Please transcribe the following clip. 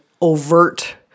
overt